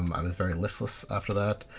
um i was very listless after that.